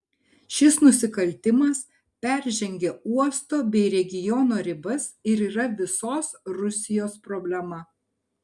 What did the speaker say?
šis nusikaltimas peržengia uosto bei regiono ribas ir yra visos rusijos problema